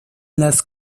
las